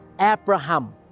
Abraham